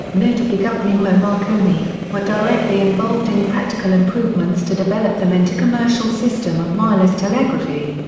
notably guglielmo marconi, were directly involved in practical improvements to develop them into commercial system of wireless telegraphy.